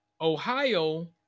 Ohio